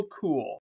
cool